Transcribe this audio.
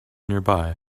nearby